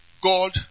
God